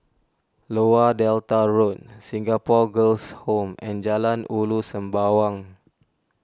Lower Delta Road Singapore Girls' Home and Jalan Ulu Sembawang